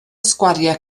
sgwariau